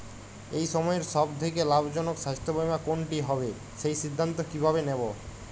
এই সময়ের সব থেকে লাভজনক স্বাস্থ্য বীমা কোনটি হবে সেই সিদ্ধান্ত কীভাবে নেব?